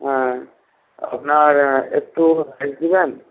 হ্যাঁ আপনার একটু রাইস দিবেন